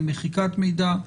למחיקת מידע,